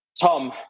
Tom